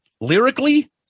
Lyrically